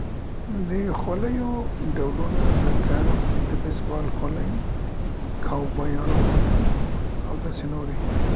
د خولیو ډولنه لکه د بیس بال خولۍ، د کوبایانو خولۍ او داسې نورې.